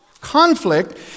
conflict